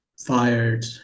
fired